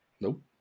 Nope